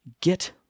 get